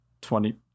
Twenty